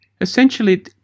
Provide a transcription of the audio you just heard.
Essentially